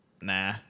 nah